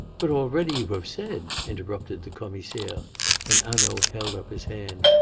but already you have said interrupted the commissaire and hanaud held up his hand.